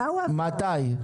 מתי?